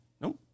Nope